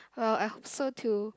well I hope so too